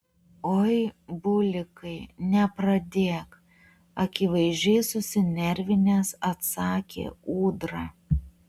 oi bulikai nepradėk akivaizdžiai susinervinęs atsakė ūdra